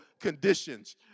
conditions